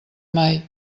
mai